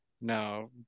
no